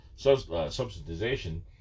subsidization